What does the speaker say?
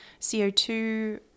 CO2